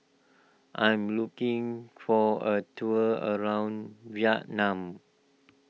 I am looking for a tour around Vietnam